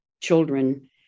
children